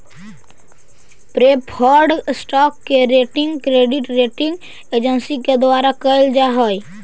preferred stock के rating credit rating agency के द्वारा कैल जा हइ